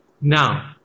Now